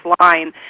line